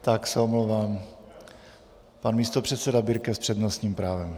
Tak se omlouvám, pan místopředseda Birke s přednostním právem.